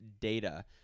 data